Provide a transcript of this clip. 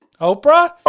Oprah